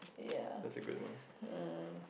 yeah um